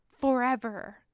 forever